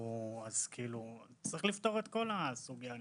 אני חושב שצריך לפתור את כל הסוגיה.